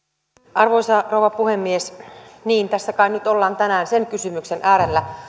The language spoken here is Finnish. arvoisa rouva puhemies niin tässä kai nyt ollaan tänään sen kysymyksen äärellä